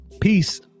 Peace